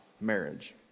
marriage